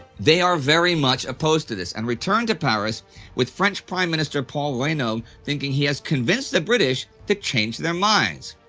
they are very much opposed to this and return to paris with french pm paul reynaud thinking he has convinced the british to change their minds.